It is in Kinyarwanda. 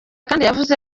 yavuze